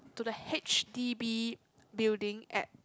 to the H_D_B building at